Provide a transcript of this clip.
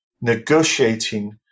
Negotiating